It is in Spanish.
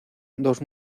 dos